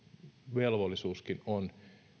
velvollisuuskin on